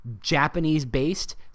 Japanese-based